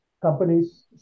companies